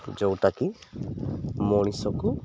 ଯେଉଁଟାକି ମଣିଷକୁ